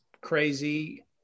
crazy